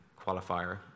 qualifier